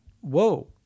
whoa